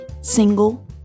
single